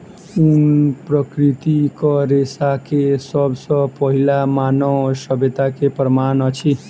ऊन प्राकृतिक रेशा के सब सॅ पहिल मानव सभ्यता के प्रमाण अछि